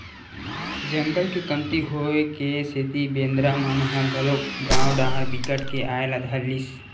जंगल के कमती होए के सेती बेंदरा मन ह घलोक गाँव डाहर बिकट के आये ल धर लिस